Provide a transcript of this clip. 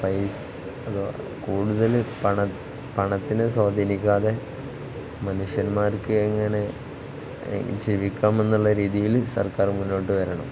കൂടുതല് പണത്തിനെ സ്വാധീനിക്കാതെ മനുഷ്യന്മാർക്ക് എങ്ങനെ ജീവിക്കാമെന്നുള്ള രീതിയില് സർക്കാർ മുന്നോട്ടുവരണം